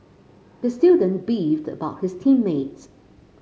the student beefed about his team mates